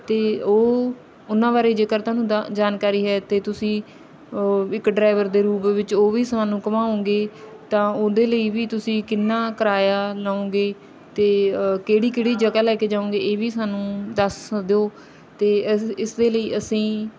ਅਤੇ ਉਹ ਉਹਨਾਂ ਬਾਰੇ ਜੇਕਰ ਤੁਹਾਨੂੰ ਦਾ ਜਾਣਕਾਰੀ ਹੈ ਅਤੇ ਤੁਸੀਂ ਓ ਇੱਕ ਡਰਾਵਰ ਦੇ ਰੂਪ ਵਿੱਚ ਉਹ ਵੀ ਸਾਨੂੰ ਘੁਮਾਉਂਗੇ ਤਾਂ ਉਹਦੇ ਲਈ ਵੀ ਤੁਸੀਂ ਕਿੰਨਾ ਕਿਰਾਇਆ ਲਉਂਗੇ ਅਤੇ ਕਿਹੜੀ ਕਿਹੜੀ ਜਗ੍ਹਾ ਲੈ ਕੇ ਜਾਉਂਗੇ ਇਹ ਵੀ ਸਾਨੂੰ ਦੱਸ ਦਿਓ ਅਤੇ ਇਸ ਇਸ ਦੇ ਲਈ ਅਸੀਂ